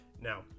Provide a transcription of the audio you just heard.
Now